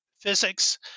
physics